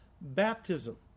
baptism